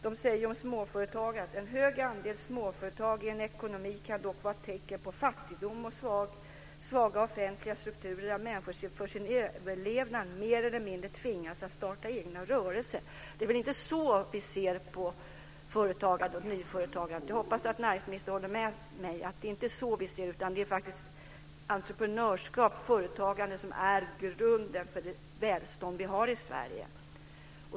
De säger om småföretagen: En hög andel småföretag i en ekonomi kan dock vara tecken på fattigdom och svaga offentliga strukturer där människor för sin överlevnad mer eller mindre tvingas att starta egna rörelser. Det är väl inte så vi ser på företagande och nyföretagande? Jag hoppas att näringsministern håller med mig om att det faktiskt är entreprenörskap och företagande som är grunden för det välstånd vi har i Sverige.